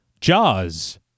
Jaws